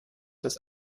das